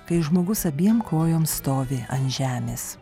kai žmogus abiem kojom stovi ant žemės